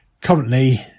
Currently